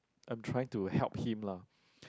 I'm trying to help him lah